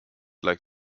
like